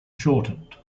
shortened